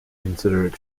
considered